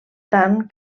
tant